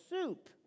soup